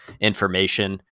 information